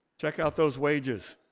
check out those wages.